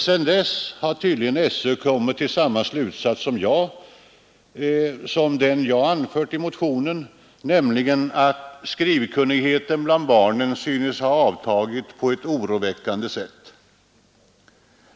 Sedan dess har tydligen SÖ kommit till samma slutsats som den jag anfört i motionen, nämligen att ”skrivkunnigheten bland barnen synes ha avtagit på ett oroväckande sätt”.